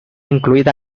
incluida